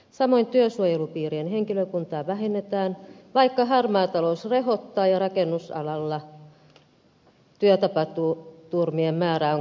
samoin työsuojelupiirien henkilökuntaa vähennetään vaikka harmaa talous rehottaa ja rakennusalalla työtapaturmien määrä on kasvussa